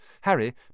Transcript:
Harry